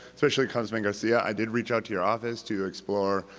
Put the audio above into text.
especially councilman garcia, i did reach out to your office to explore